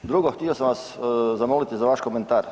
Drugo, htio sam vas zamoliti za vaš komentar.